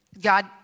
God